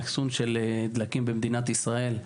האחסון של דלקים במדינת ישראל.